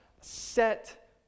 set